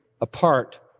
apart